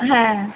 হ্যাঁ